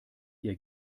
ihr